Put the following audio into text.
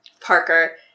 Parker